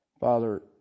Father